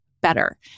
better